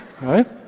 right